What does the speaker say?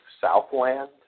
Southland